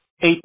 eight